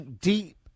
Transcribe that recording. deep